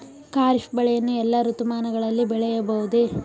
ಖಾರಿಫ್ ಬೆಳೆಯನ್ನು ಎಲ್ಲಾ ಋತುಮಾನಗಳಲ್ಲಿ ಬೆಳೆಯಬಹುದೇ?